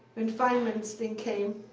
when feynman's thing came,